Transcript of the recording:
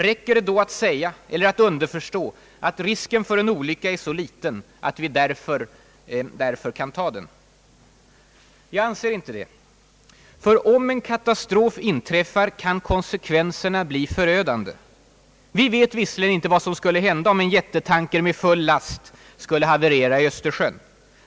Räcker det då att säga, eller att underförstå, att risken för en olycka är så liten att vi därför kan ta den? Jag anser inte det. Ty om en katastrof inträffar kan konsekvenserna bli förödande. Vi vet visserligen inte vad som skulle hända om en jättetanker med full last skulle haverera i Östersjön.